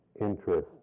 interest